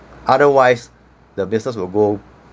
otherwise the business will go